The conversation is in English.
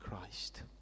Christ